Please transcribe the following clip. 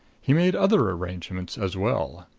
he made other arrangements as well.